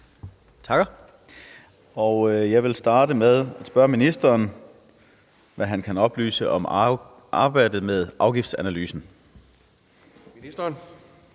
Tak. Jeg vil starte med at spørge ministeren, hvad han kan oplyse om arbejdet med afgiftsanalysen.